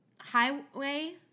Highway